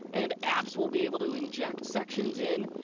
and apps will be able to inject sections in.